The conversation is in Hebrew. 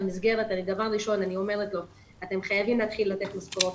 הדבר הראשון שאני אומרת לה שהיא חייבת להתחיל לתת משכורות,